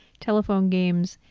telephone games,